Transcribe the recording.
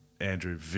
Andrew